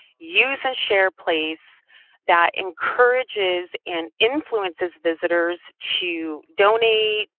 user share place that encourages and influences visitors to donate,